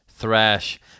Thrash